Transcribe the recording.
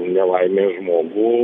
nelaimėje žmogų